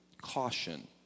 caution